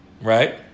Right